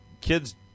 kid's